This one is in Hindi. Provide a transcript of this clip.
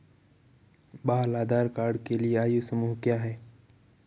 बाल आधार कार्ड के लिए आयु समूह क्या है?